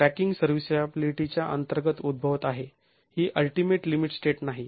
cracking सर्व्हीसॅबिलीटीच्या अंतर्गत उद्भवत आहे ही अल्टीमेट लिमिट स्टेट नाही